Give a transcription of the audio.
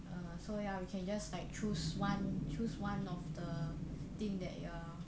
uh so ya we can just like choose one choose one of the thing that you are